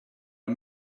are